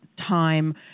time